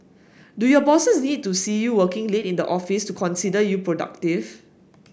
do your bosses need to see you working late in the office to consider you productive